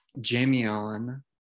Jamion